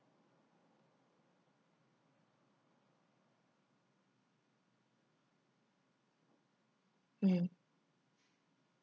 mm